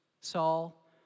Saul